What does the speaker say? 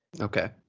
Okay